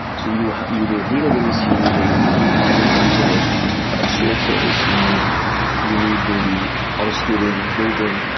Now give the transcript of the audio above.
so you you need a database, you need a cloud front like steward service, you need you need maybe auto-scaling built-in.